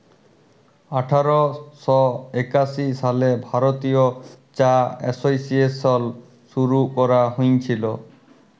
আঠার শ একাশি সালে ভারতীয় চা এসোসিয়েশল শুরু ক্যরা হঁইয়েছিল